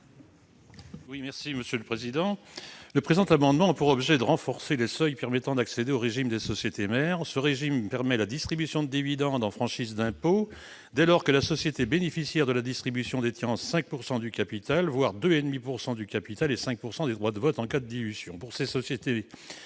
à M. Jean-Marie Morisset. Le présent amendement a pour objet de renforcer les seuils permettant d'accéder au régime des sociétés mères, lequel permet la distribution de dividendes en franchise d'impôt dès lors que la société bénéficiaire de la distribution détient 5 % du capital de la société distributrice, voire 2,5 % du capital et 5 % des droits de vote en cas de dilution.